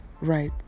right